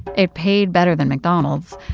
it paid better than mcdonald's.